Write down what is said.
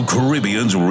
Caribbean's